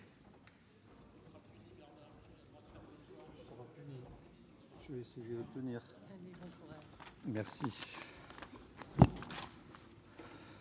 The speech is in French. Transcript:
Merci